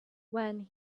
when